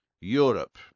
Europe